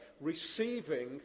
receiving